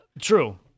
True